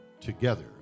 together